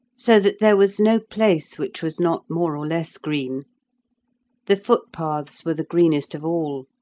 so that there was no place which was not more or less green the footpaths were the greenest of all,